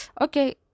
okay